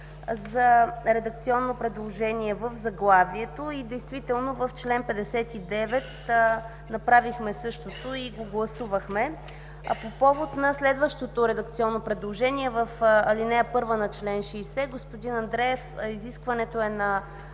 на господин Андреев в заглавието. Действително в чл. 59 направихме същото и го гласувахме. По повод следващото редакционно предложение – в ал. 1 на чл. 60, господин Андреев, изискването е на